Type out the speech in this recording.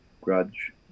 grudge